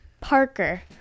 Parker